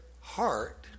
heart